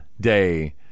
day